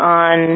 on